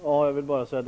Herr talman!